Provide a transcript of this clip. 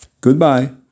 Goodbye